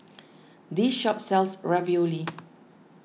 this shop sells Ravioli